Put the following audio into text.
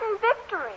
victory